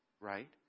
right